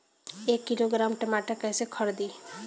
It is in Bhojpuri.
एक किलोग्राम टमाटर कैसे खरदी?